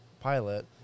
pilot